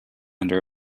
under